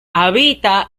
habita